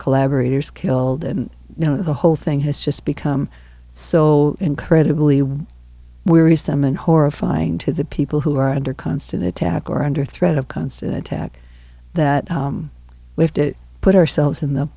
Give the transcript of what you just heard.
collaborators killed and you know the whole thing has just become so incredibly war weary some and horrifying to the people who are under constant attack or under threat of constant attack that we have to put ourselves in the